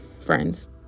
friends